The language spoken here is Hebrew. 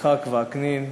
יצחק וקנין,